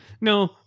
No